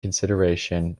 consideration